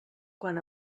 quan